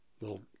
little